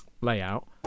layout